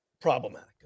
problematic